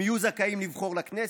הם יהיו זכאים לבחור לכנסת,